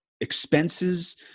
expenses